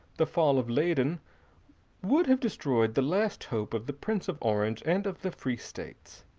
the fall of leyden would have destroyed the last hope of the prince of orange and of the free states.